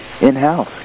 in-house